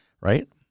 right